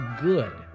good